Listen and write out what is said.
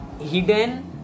hidden